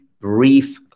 brief